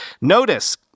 Notice